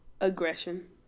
Aggression